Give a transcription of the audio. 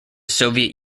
soviet